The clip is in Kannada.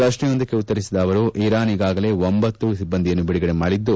ಪ್ರಶ್ನೆಯೊಂದಕ್ಕೆ ಉತ್ತರಿಸಿದ ಅವರು ಇರಾನ್ ಈಗಾಗಲೇ ಒಂಭತ್ತು ಸಿಬ್ಬಂದಿಯನ್ನು ಬಿಡುಗಡೆ ಮಾಡಿದ್ದು